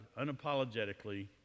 unapologetically